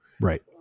Right